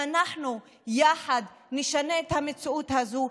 ואנחנו יחד נשנה את המציאות הזו.